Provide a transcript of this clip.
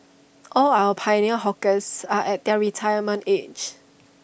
all our pioneer hawkers are at their retirement age